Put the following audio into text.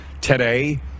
today